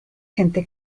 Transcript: gente